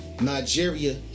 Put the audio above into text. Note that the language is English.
Nigeria